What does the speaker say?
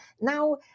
Now